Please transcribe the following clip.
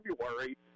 February